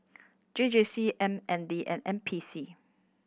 J J C M N D and N P C